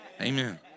Amen